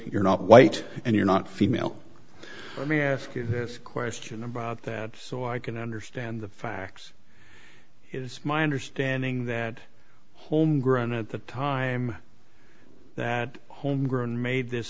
you're not white and you're not female let me ask you this question about that so i can understand the fact is my understanding that holmgren at the time that homegrown made this